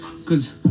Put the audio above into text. Cause